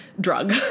drug